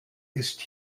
ist